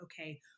okay